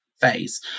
phase